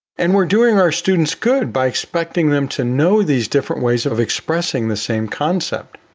and we're doing our students good by expecting them to know these different ways of expressing the same concept.